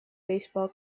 baseball